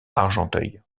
argenteuil